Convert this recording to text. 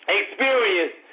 experience